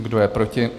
Kdo je proti?